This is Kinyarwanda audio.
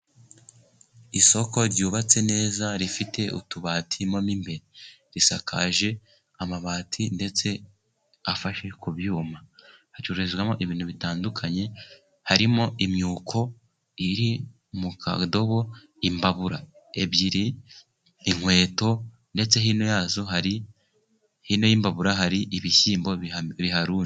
Isoko ryubatse neza rifite utubati mo imbere. Risakaje amabati ndetse afashe ku byuma. Hacururizwamo ibintu bitandukanye harimo imyuko iri mu kadobo, imbabura ebyiri, inkweto. Ndetse hino y'imbabura hari ibishyimbo biharunze.